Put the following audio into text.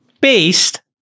based